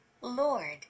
Lord